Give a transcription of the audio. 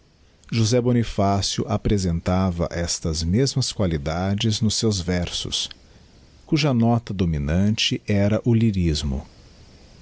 josé bonifácio apresentava estas mesmas qualidades nos seus versos cuja nota dominante era o lyrismo